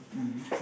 mmhmm